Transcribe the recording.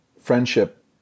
friendship